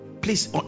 please